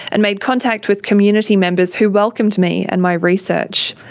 and made contact with community members who welcomed me and my research.